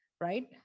right